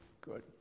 good